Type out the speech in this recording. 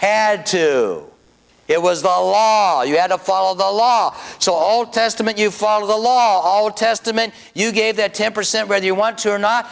had to it was the law you had to follow the law so all testament you follow the law all testament you gave that ten percent read you want to or not